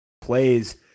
plays